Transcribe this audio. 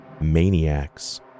maniacs